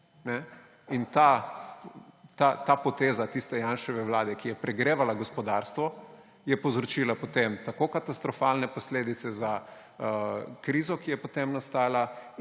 In ta poteza tiste Janševe vlade, ki je pregrevala gospodarstvo, je povzročila potem tako katastrofalne posledice za krizo, ki je potem nastala,